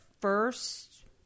first